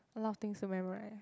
a lot of things to memorise